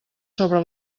sobre